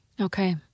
Okay